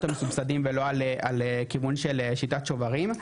המסובסדים ולא על על כיוון של שיטת שוברים,